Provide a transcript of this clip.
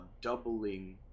doubling